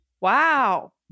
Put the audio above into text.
Wow